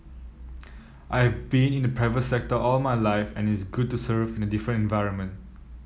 I've been in the private sector all my life and it's good to serve in a different environment